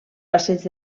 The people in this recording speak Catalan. passeig